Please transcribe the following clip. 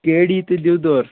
کے ڈی تہٕ دِیودٲر